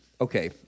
Okay